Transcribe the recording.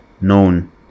known